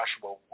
Joshua